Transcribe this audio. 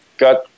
got